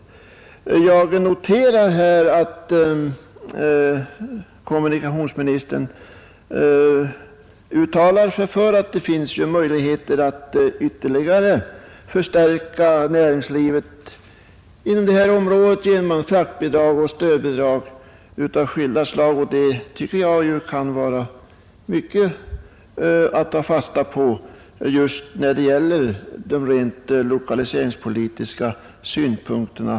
Sedan noterade jag vad kommunikationsministern sade, nämligen att det finns möjligheter att genom fraktbidrag och stödbidrag m.m. förstärka näringslivet ytterligare i de områden det här gäller. Det tycker jag att vi kan ta fasta på när det gäller de rent lokaliseringspolitiska synpunkterna.